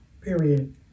Period